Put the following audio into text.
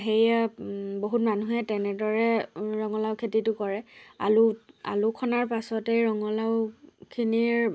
সেয়ে বহুত মানুহে তেনেদৰে ৰঙালাও খেতিটো কৰে আলু আলু খন্দাৰ পাছতেই ৰঙালাওখিনিৰ